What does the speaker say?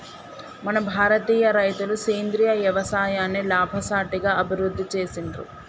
మన భారతీయ రైతులు సేంద్రీయ యవసాయాన్ని లాభసాటిగా అభివృద్ధి చేసిర్రు